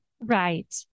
right